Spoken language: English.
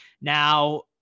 Now